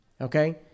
okay